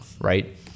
right